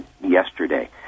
yesterday